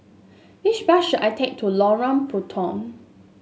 which bus should I take to Lorong Puntong